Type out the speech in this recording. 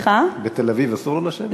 בתל-אביב אסור לו לשבת?